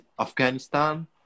Afghanistan